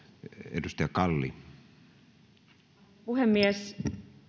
arvoisa puhemies